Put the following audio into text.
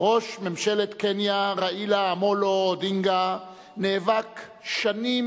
ראש ממשלת קניה ראילה אמולו אודינגה נאבק שנים